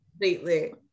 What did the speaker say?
completely